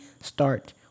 start